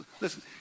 listen